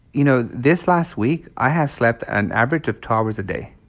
you know, this last week, i have slept an average of two hours a day.